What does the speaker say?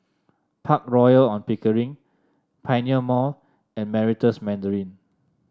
Park Royal On Pickering Pioneer Mall and Meritus Mandarin